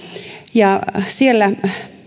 ja siellä